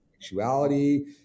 sexuality